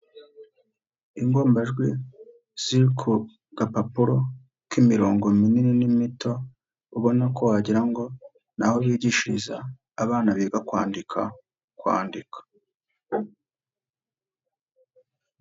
Ingombajwi ziri ku gapapuro k'imirongo minini n'imito ubona ko wagira ngo ni aho bigishiriza abana biga kwandika, kwandika.